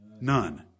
None